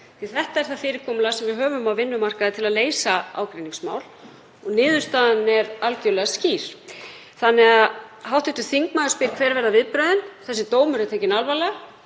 að þetta er það fyrirkomulag sem við höfum á vinnumarkaði til að leysa ágreiningsmál og niðurstaðan er algjörlega skýr. Hv. þingmaður spyr: Hver verða viðbrögðin? Þessi dómur er tekinn alvarlega